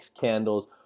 candles